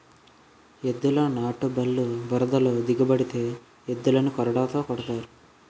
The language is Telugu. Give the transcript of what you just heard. ఎద్దుల నాటుబల్లు బురదలో దిగబడితే ఎద్దులని కొరడాతో కొడతారు